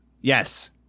Yes